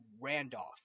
Randolph